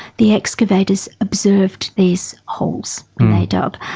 the excavators observed these holes when they dug,